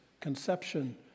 conception